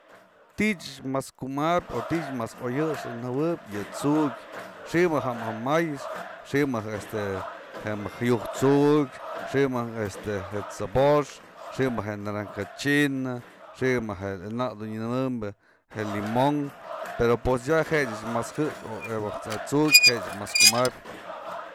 Ti'i ech mas kumabyë o ti'i ech mas oygëxnë jë'ëwëp yë tsu'ukyë xi'i mëjk ja më may, xi'i mëjk este mëjk ayu'ujkë tsu'ukyë, xi'i mëjk este t'sebox, xi'i mëjk je naranja china, xë mejk je nak dun nyanëbyë je limon pero pues ya je ech mas gëxpë je tsu'ukyë je ech mas kumabyë.